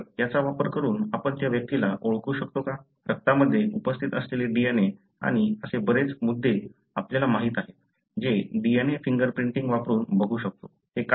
तर याचा वापर करून आपण त्या व्यक्तीला ओळखू शकतो का रक्तामध्ये उपस्थित असलेले DNA आणि असे बरेच मुद्दे आपल्याला माहीत आहेत जे DNA फिंगर प्रिंटिंग वापरून बघू शकतो